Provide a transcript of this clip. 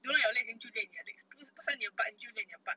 don't like your legs then 就联你的 legs 不喜欢你的 butt then 就联你的 butt